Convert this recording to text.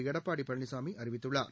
எடப்பாடிபழனிசாமிஅறிவித்துள்ளார்